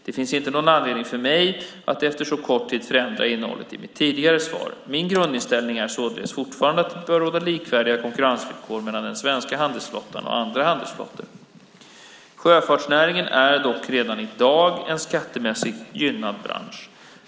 Det finns inte någon anledning för mig att efter så kort tid förändra innehållet i mitt tidigare svar. Min grundinställning är således fortfarande att det bör råda likvärdiga konkurrensvillkor mellan den svenska handelsflottan och andra handelsflottor. Sjöfartsnäringen är dock redan i dag en skattemässigt gynnad bransch.